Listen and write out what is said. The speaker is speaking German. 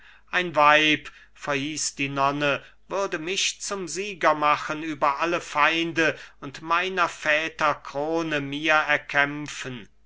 ein weib verhieß die nonne würde mich zum sieger machen über alle feinde und meiner väter krone mir erkämpfen